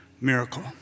miracle